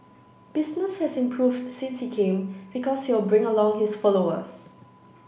business has improved since he came because he'll bring along his followers